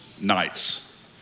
nights